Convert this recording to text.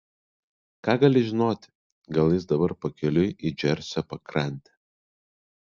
ką gali žinoti gal jis dabar pakeliui į džersio pakrantę